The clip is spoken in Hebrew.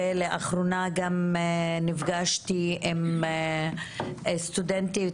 ולאחרונה גם נפגשתי עם סטודנטיות